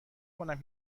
کنم